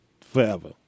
forever